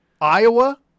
Iowa